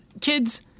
kids